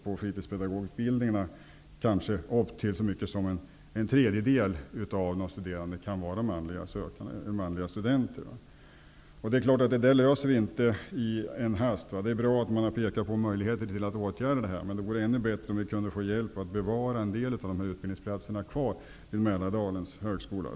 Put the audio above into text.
På fritidspedagogutbildningen kan upp till en tredjedel av studenterna vara män. Dessa rekryteringsproblem löser vi inte i en hast. Det är bra att man pekat på möjligheter att åtgärda dem, men det vore ännu bättre om vi kunde få hjälp med att bevara en del av utbildningsplatserna på Mälardalens högskola.